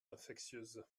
infectieuses